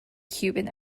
cuban